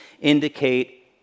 indicate